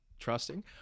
trusting